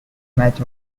match